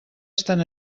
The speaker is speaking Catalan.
estan